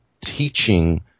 teaching